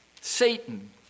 Satan